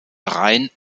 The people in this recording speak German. rein